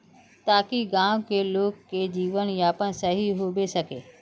ताकि गाँव की लोग के जीवन यापन सही होबे सके?